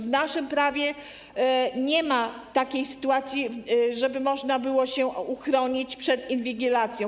W naszym prawie nie ma takiej sytuacji, żeby można było się uchronić przed inwigilacją.